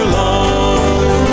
love